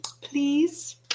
please